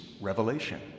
revelation